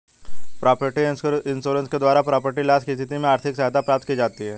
property insurance के द्वारा property loss की स्थिति में आर्थिक सहायता प्राप्त की जाती है